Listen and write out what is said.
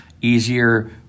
easier